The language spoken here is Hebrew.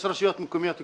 יש רשויות מקומיות גדולות,